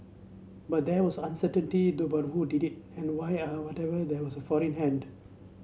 but there was uncertainty to about who did it and why and whatever there was a foreign hand